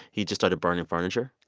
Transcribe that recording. he just started burning furniture,